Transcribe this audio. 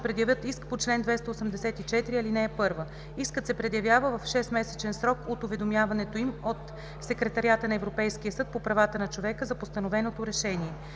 предявят иск по чл. 284, ал. 1. Искът се предявява в 6-месечен срок от уведомяването им от Секретариата на Европейския съд по правата на човека за постановеното решение.